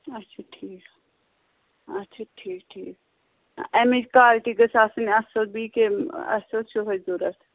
اَچھا ٹھیٖک اَچھا ٹھیٖک ٹھیٖک اَمِچ کالٹی گٔژھِ آسٕنۍ اَصٕل بیٚیہِ کَمہِ اَسہِ اوس یِہَے ضروٗرت